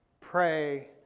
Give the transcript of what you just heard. pray